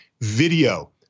Video